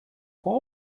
qual